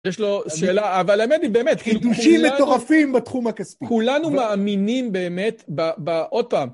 יש לו שאלה, אבל מני באמת, כולנו, חידושים מטורפים בתחום הכספי! כלנו מאמינים באמת ב ב עוד פעם..